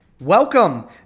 Welcome